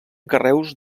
carreus